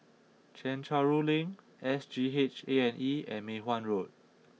Chencharu Link S G H A and E and Mei Hwan Road